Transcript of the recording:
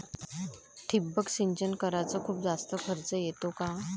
ठिबक सिंचन कराच खूप जास्त खर्च येतो का?